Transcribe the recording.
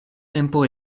tempo